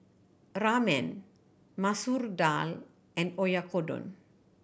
Ramen Masoor Dal and Oyakodon